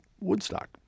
Woodstock